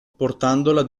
portandola